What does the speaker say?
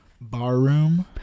Barroom